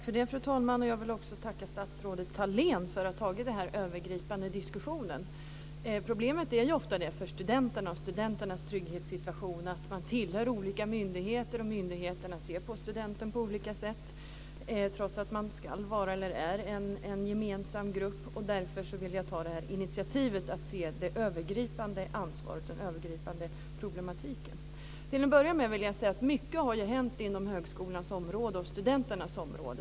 Fru talman! Jag vill tacka statsrådet Thalén för att hon tagit denna övergripande diskussion. Problemet för studenterna och deras trygghetssituation är ofta att de tillhör olika myndigheter, och myndigheterna ser på studenten på olika sätt, trots att man är och ska vara en gemensam grupp. Därför ville jag ta initiativet till att titta närmare på det övergripande ansvaret, den övergripande problematiken. Till att börja med vill jag säga att mycket har hänt inom högskolans och studenternas område.